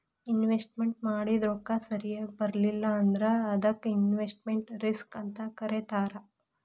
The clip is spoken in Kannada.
ಇನ್ವೆಸ್ಟ್ಮೆನ್ಟ್ ಮಾಡಿದ್ ರೊಕ್ಕ ಸರಿಯಾಗ್ ಬರ್ಲಿಲ್ಲಾ ಅಂದ್ರ ಅದಕ್ಕ ಇನ್ವೆಸ್ಟ್ಮೆಟ್ ರಿಸ್ಕ್ ಅಂತ್ ಕರೇತಾರ